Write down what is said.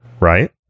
right